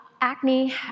acne